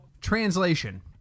translation